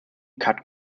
cut